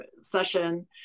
session